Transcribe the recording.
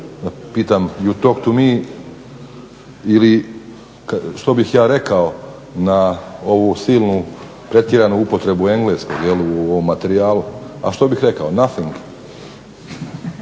pitam You talk to me ili što bih ja rekao na ovu silnu pretjeranu upotrebu engleskog u ovom materijalu. A što bih rekao? Nothing.